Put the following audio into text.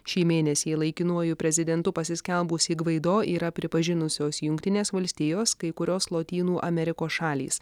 šį mėnesį laikinuoju prezidentu pasiskelbusį gvaido yra pripažinusios jungtinės valstijos kai kurios lotynų amerikos šalys